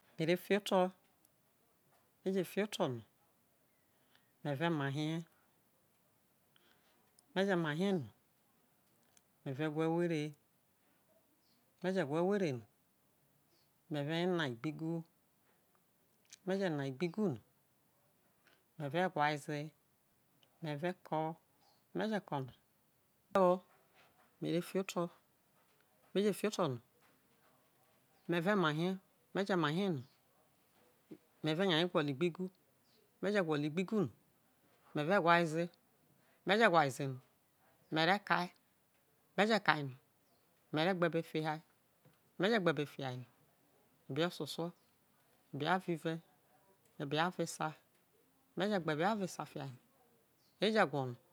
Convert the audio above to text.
Me re fi oto me je fi oto no me re we eware me ve ma he me ve we eware me je we eware no me ve nya na igbeju me je na igeigu no me ve wa ze me ko me je kae no mere gbebe fihae me je gbebe fihae no ebe ososo ebe avive ebe avo esa me je gbe ebe avo esa fihae no e je wo no.